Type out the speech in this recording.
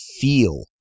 feel